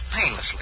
painlessly